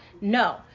No